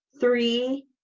Three